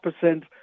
percent